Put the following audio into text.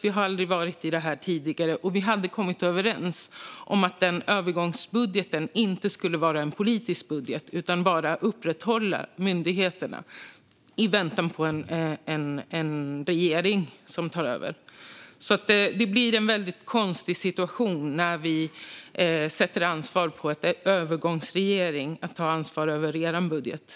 Vi har aldrig varit i den här situationen tidigare, och vi hade kommit överens om att övergångsbudgeten inte skulle vara en politisk budget utan bara upprätthålla myndigheterna i väntan på en regering som tar över. Det blir en väldigt konstig situation när ansvaret för er budget läggs på en övergångsregering.